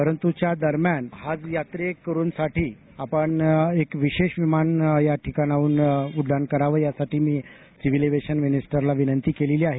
परंतू ज्या दरम्यान हजयात्रे करून साठी आपण एक विशेष विमान याठिकाणाहून उड्डान कराव या साठी सिव्हीलेशन मिनिस्टरला विनंती केलेली आहे